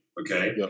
Okay